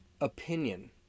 opinion